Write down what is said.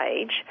age